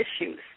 issues